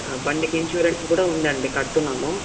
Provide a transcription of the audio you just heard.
బండికి ఇన్సూరెన్సు కూడా ఉందండి కడుతున్నాము